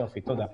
יופי, תודה.